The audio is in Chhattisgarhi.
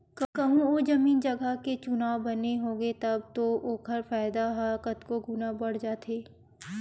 कहूँ ओ जमीन जगा के चुनाव बने होगे तब तो ओखर फायदा ह कतको गुना बड़ जाथे